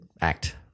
act